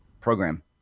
program